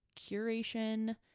curation